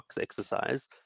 exercise